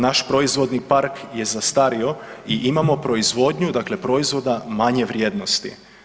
Naš proizvodni park je zastario i imamo proizvodnju dakle proizvoda manje vrijednosti.